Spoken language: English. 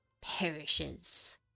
perishes